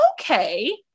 okay